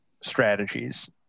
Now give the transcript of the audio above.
strategies